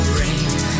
rain